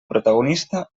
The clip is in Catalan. protagonista